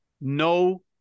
no